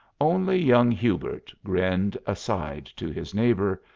only young hubert grinned aside to his neighbour,